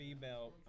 female